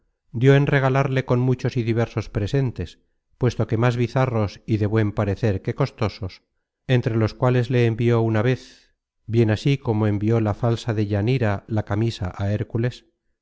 dió en regalarle con muchos y diversos presentes puesto que más bizarros y de buen parecer que costosos entre los cuales le envió una vez bien así como envió la falsa deyanira la camisa á hércules digo que le envió unas camisas